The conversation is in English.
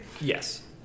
yes